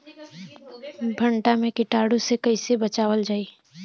भनटा मे कीटाणु से कईसे बचावल जाई?